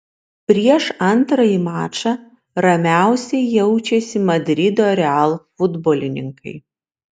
prieš antrąjį mačą ramiausiai jaučiasi madrido real futbolininkai